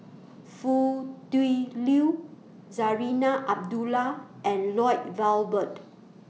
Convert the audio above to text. Foo Tui Liew Zarinah Abdullah and Lloyd Valberg